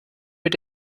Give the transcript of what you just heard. mit